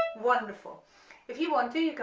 wonderful, if you want to